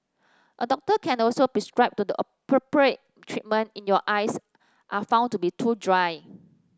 a doctor can also prescribe the appropriate treatment in your eyes are found to be too dry